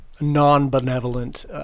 non-benevolent